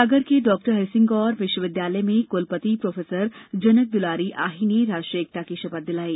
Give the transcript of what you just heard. सागर के डाक्टर हरिसिंह गौर विश्वविद्यालय में कुलपति प्रोफेसर जनकदुलारी आही ने राष्ट्रीय एकता की शपथ दिलाई